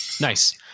Nice